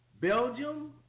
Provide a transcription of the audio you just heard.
Belgium